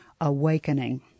Awakening